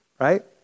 right